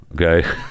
okay